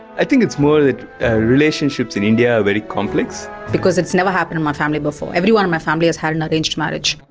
i think it's more that relationships in india are very complex. because it's never happened in my family before. everyone in my family has had an arranged marriage.